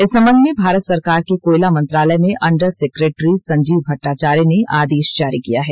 इस संबंध में भारत सरकार के कोयला मंत्रालय में अंडर सेक्रेटरी संजीव भट्टाचार्य ने आदेश जारी किया है